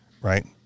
right